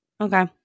Okay